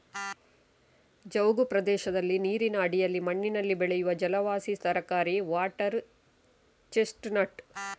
ಜವುಗು ಪ್ರದೇಶದಲ್ಲಿ ನೀರಿನ ಅಡಿಯಲ್ಲಿ ಮಣ್ಣಿನಲ್ಲಿ ಬೆಳೆಯುವ ಜಲವಾಸಿ ತರಕಾರಿ ವಾಟರ್ ಚೆಸ್ಟ್ ನಟ್